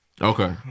Okay